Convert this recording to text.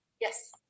Yes